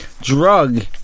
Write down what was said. drug